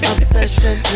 Obsession